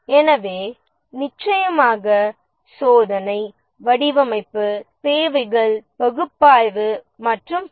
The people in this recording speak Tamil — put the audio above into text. எனவே நிச்சயமாக சோதனை வடிவமைப்பு தேவைகள் பகுப்பாய்வு மற்றும் பல